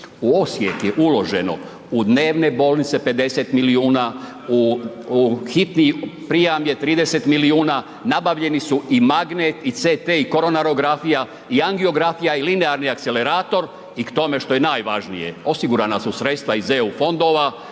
U Osijek je uloženo u dnevne bolnice 50 milijuna, u hitni prijam je 30 milijuna, nabavljeni su i magnet i CT i koronarografija i angiografija i linearni akcelerator i k tome što je najvažnije osigurana su sredstva iz eu fondova,